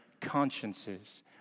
consciences